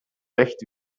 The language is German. recht